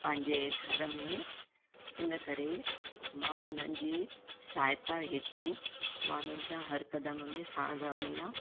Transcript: पंहिंजे घर में हिन करे मां उन्हनि जी सहायता हेतु मां उन्हनि सां हर कदम में साण रहंदी आहियां